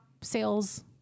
sales